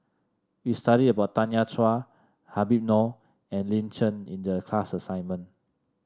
we studied about Tanya Chua Habib Noh and Lin Chen in the class assignment